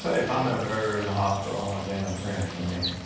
ah if i'm ever in the hospital, i want dana praying for me.